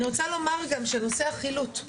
אני רוצה לומר גם בנושא החילוט: